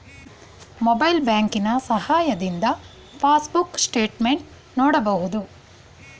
mobile ಬ್ಯಾಂಕಿನ ಸಹಾಯದಿಂದ passbook statement ನೋಡಬಹುದು